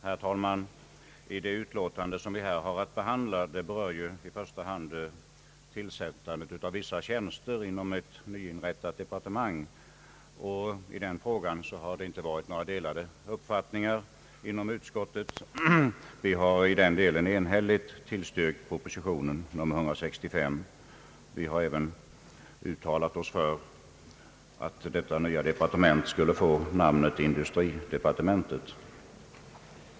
Herr talman! Det utlåtande som vi här har att behandla berör i första hand tillsättandet av vissa tjänster inom ett nyinrättat departement. I den frågan har det inte rått några delade meningar inom utskottet, och vi har i den delen enhälligt tillstyrkt proposition nr 165. Vi har även uttalat oss för att detta ny departement skall få namnet industridepartementet.